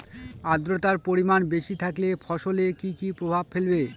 আদ্রর্তার পরিমান বেশি থাকলে ফসলে কি কি প্রভাব ফেলবে?